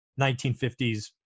1950s